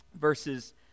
verses